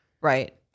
Right